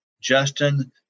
Justin